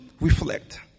reflect